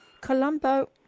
Colombo